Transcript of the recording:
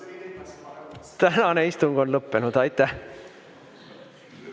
Tänane istung on lõppenud. Aitäh!